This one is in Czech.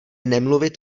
nemluvit